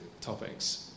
topics